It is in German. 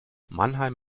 mannheim